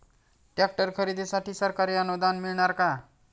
Tractor खरेदीसाठी सरकारी अनुदान मिळणार का?